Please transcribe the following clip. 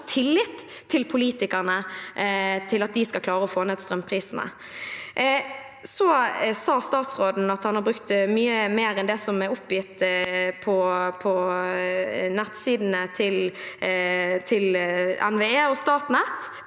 har tillit til politikerne med tanke på at de skal klare å få ned strømprisene. Så sa statsråden at han har brukt mye mer enn det som er oppgitt på nettsidene til NVE og Statnett.